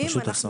פשוט אסון.